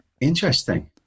interesting